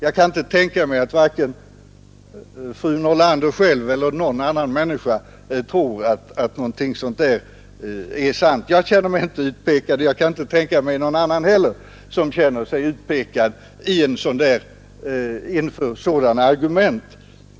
Jag kan inte tänka mig att varken fru Nordlander själv eller någon annan människa tror att något sådant förekommer. Jag känner mig visserligen inte utpekad, och jag kan inte tänka mig att någon annan heller känner sig utpekad genom sådana osanna argument.